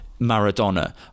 Maradona